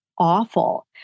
awful